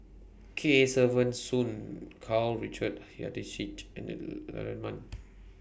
Kesavan Soon Karl Richard and Man